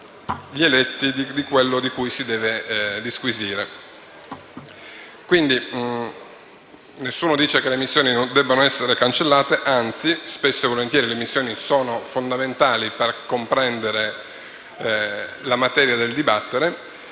Quindi nessuno dice che le missioni debbano essere cancellate, anzi, spesso sono fondamentali per comprendere la materia del dibattere.